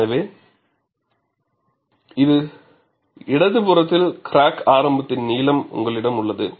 எனவே இடது புறத்தில் கிராக் ஆரம்பித்ததின் நீளம் உங்களிடம் உள்ளது